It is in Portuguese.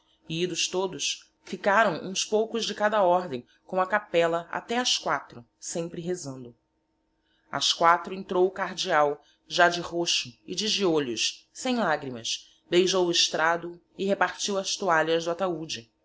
idos todos ficáraõ huns poucos de cada ordem com a capella até as quatro sempre rezando ás quatro entrou o cardeal já de roxo e de giolhos sem lagrimas beijou o estrado e repartio as toalhas do ataude